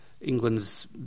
england's